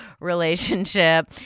relationship